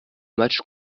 match